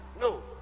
No